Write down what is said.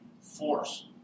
force